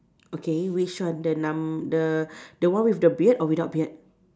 okay which one the num~ the the one with the beard or without beard